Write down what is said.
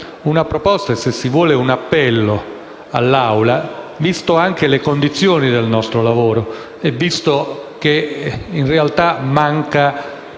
una proposta e, se si vuole, un appello all'Assemblea. Viste le condizioni del nostro lavoro e dato che in realtà manca